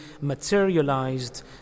materialized